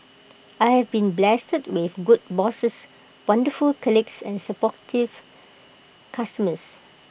I have been blessed with good bosses wonderful colleagues and supportive customers